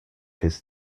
his